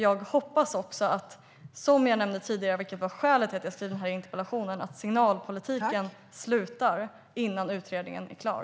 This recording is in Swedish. Jag hoppas också, som jag nämnde tidigare och som var skälet till att jag ställde interpellationen, att signalpolitiken slutar innan utredningen är klar.